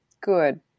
Good